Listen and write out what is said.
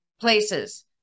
places